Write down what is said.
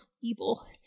evil